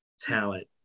talent